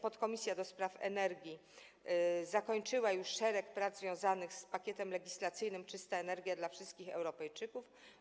Podkomisja do spraw energii zakończyła już szereg prac związanych z pakietem legislacyjnym „Czysta energia dla wszystkich Europejczyków”